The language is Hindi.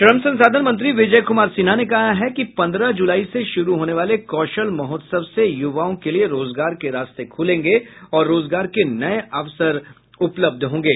श्रम संसाधन मंत्री विजय कुमार सिन्हा ने कहा है कि पन्द्रह जुलाई से शुरू होने वाले कौशल महोत्सव से युवाओं के लिए रोजगार के रास्ते खुलेंगे और रोजगार के नये अवसर उपलब्ध होंगे